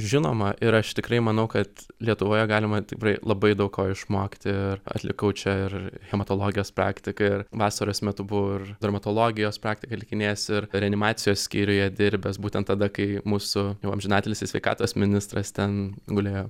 žinoma ir aš tikrai manau kad lietuvoje galima tikrai labai daug ko išmokti ir atlikau čia ir hematologijos praktiką ir vasaros metu buvau ir dermatologijos praktiką atlikinėjęs ir reanimacijos skyriuje dirbęs būtent tada kai mūsų jau amžinatilsį sveikatos ministras ten gulėjo